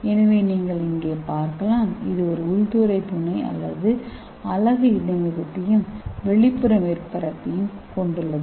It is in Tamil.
எனவே நீங்கள் இங்கே பார்க்கலாம் இது ஒரு உள்துறை துணை அலகு இடைமுகத்தையும் வெளிப்புற மேற்பரப்பையும் கொண்டுள்ளது